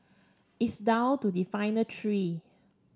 it's down to the final three